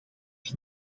het